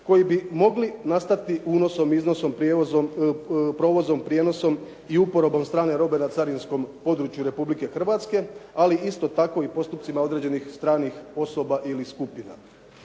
koji bi mogli nastati, unosom, iznosom prijevozom, provozom, prijenosom i uporabom strane robe na carinskom području Republike Hrvatske ali isto tako i postupcima određenih stranih osoba ili skupina.